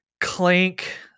Clank